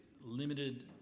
limited